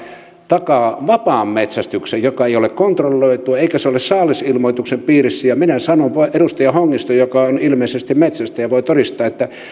takaa vapaan metsästyksen joka ei ole kontrolloitua eikä ole saalisilmoituksen piirissä edustaja hongisto joka on ilmeisesti metsästäjä voi todistaa